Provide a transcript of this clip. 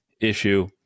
issue